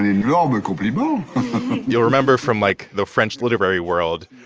you know um and you'll but you know you'll remember from, like, the french literary world,